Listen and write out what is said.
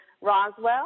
Roswell